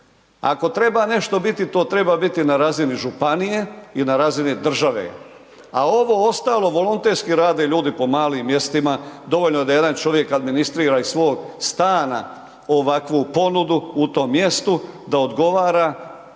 ako treba nešto biti to treba na razini županije i na razini države, a ovo ostalo volonterski rade ljudi po malim mjestima, dovoljno da jedan čovjek administrira iz svog stana ovakvu ponudu u tom mjestu, da odgovara